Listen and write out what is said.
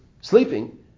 sleeping